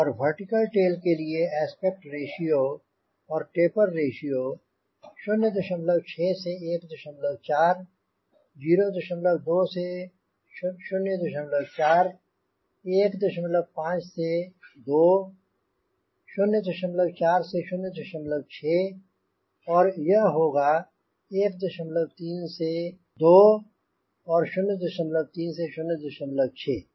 और vertical tail के लिए एस्पेक्ट रेश्यो और टेपर रेश्यो 06 से 14 02 से 04 15 से 2 04 से 06 और यह होगा 13 से 20 और 03 से 06 है